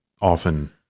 often